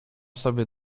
sobie